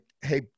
hey